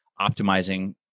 optimizing